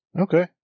Okay